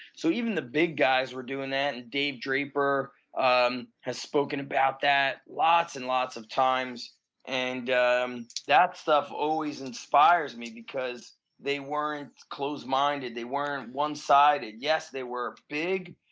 so even the big guys were doing that dave draper um has spoken about that lots and lots of times and um that stuff always inspires me because they weren't close-minded. they weren't one-sides. yes, they were big,